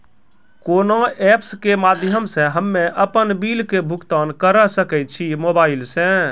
कोना ऐप्स के माध्यम से हम्मे अपन बिल के भुगतान करऽ सके छी मोबाइल से?